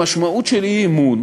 המשמעות של אי-אמון